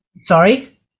Sorry